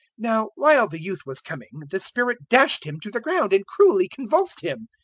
now while the youth was coming, the spirit dashed him to the ground and cruelly convulsed him.